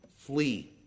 Flee